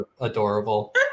adorable